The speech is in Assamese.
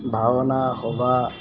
ভাওনা সবাহ